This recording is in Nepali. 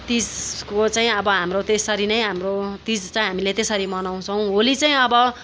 तिजको चाहिँ अब हाम्रो त्यसरी नै हाम्रो तिज चाहिँ हामीले त्यसरी मनाउँछौँ होली चाहिँ अब